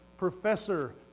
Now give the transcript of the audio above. Professor